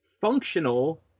functional